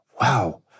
wow